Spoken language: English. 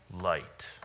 Light